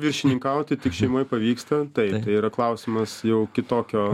viršininkauti tik šeimoj pavyksta taip tai yra klausimas jau kitokio